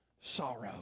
sorrow